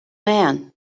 man